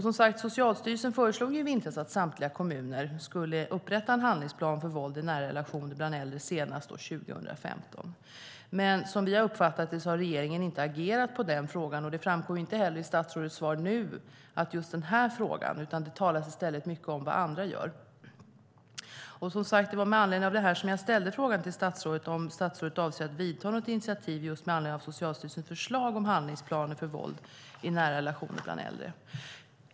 Socialstyrelsen föreslog, som sagt, i vintras att samtliga kommuner skulle upprätta en handlingsplan för våld i nära relationer bland äldre senast år 2015. Men som vi har uppfattat det har regeringen inte agerat i den frågan. Det framkommer inte heller i statsrådets svar nu, utan det talas i stället mycket om vad andra gör. Det var med anledning av det här som jag ställde frågan om statsrådet avser att ta något initiativ med anledning av Socialstyrelsens förslag om handlingsplaner för våld i nära relationer bland äldre.